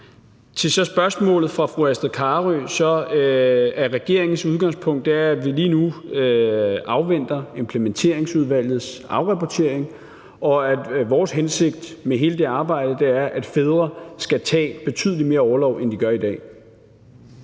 Til spørgsmålet fra fru Astrid Carøe: Regeringens udgangspunkt er, at vi lige nu afventer Implementeringsudvalgets afrapportering, og vores hensigt med hele det arbejde er, at fædre skal tage betydelig mere orlov, end de gør i dag.